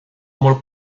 more